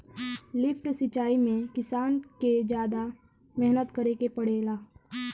lift सिचाई में किसान के जादा मेहनत करे के पड़ेला